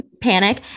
panic